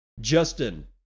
Justin